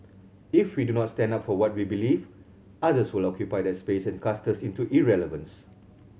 if we do not stand up for what we believe others will occupy that space and cast us into irrelevance